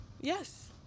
Yes